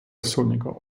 sonniger